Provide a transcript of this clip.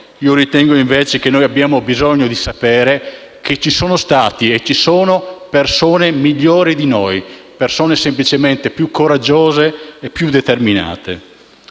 Ritengo invece che abbiamo bisogno di sapere che ci sono stati e ci sono persone migliori di noi, persone semplicemente più coraggiose e più determinate.